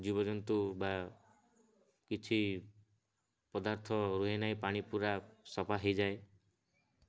ଜୀବଜନ୍ତୁ ବା କିଛି ପଦାର୍ଥ ରୁହେ ନାହିଁ ପାଣି ପୁରା ସଫା ହୋଇଯାଏ